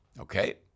Okay